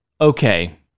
Okay